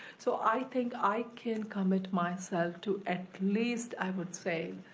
so i think i can commit myself to at least, i would say,